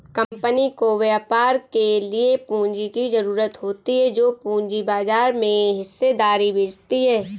company को व्यापार के लिए पूंजी की ज़रूरत होती है जो पूंजी बाजार में हिस्सेदारी बेचती है